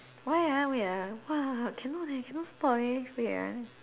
why ah wait ah !wah! cannot leh cannot spot leh wait ah